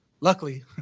luckily